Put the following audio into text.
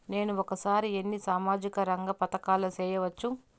నేను ఒకేసారి ఎన్ని సామాజిక రంగ పథకాలలో సేరవచ్చు?